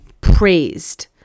praised